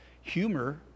humor